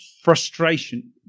frustration